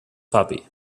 puppy